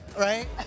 right